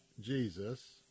Jesus